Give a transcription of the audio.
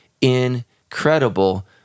incredible